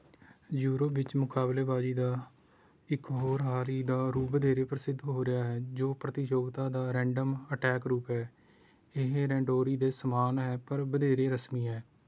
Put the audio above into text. Europe ਵਿੱਚ ਮੁਕਾਬਲੇਬਾਜ਼ੀ ਦਾ ਇੱਕ ਹੋਰ ਹਾਲ ਹੀ ਦਾ ਰੂਪ ਵਧੇਰੇ ਪ੍ਰਸਿੱਧ ਹੋ ਰਿਹਾ ਹੈ ਜੋ ਪ੍ਰਤੀਯੋਗਤਾ ਦਾ ਰੈਂਡਮ ਅਟੈਕ ਰੂਪ ਹੈ ਇਹ ਰੈਂਡੋਰੀ ਦੇ ਸਮਾਨ ਹੈ ਪਰ ਵਧੇਰੇ ਰਸਮੀ ਹੈ